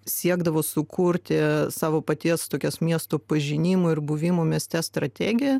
siekdavo sukurti savo paties tokias miesto pažinimo ir buvimo mieste strategiją